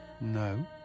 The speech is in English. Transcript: No